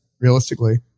realistically